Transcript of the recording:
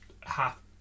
half